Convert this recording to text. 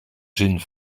zin